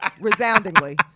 Resoundingly